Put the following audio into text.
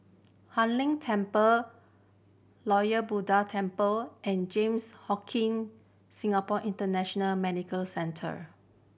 Hai Inn Temple Lord Buddha Temple and Johns Hopkin Singapore International Medical Centre